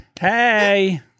hey